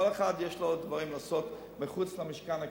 לכל אחד יש דברים לעשות מחוץ למשכן הכנסת.